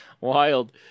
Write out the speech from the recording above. wild